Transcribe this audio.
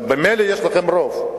ממילא יש לכם רוב.